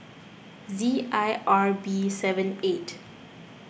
Z I R B seven eight